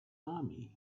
army